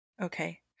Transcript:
Okay